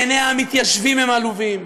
בעיניה המתיישבים הם עלובים.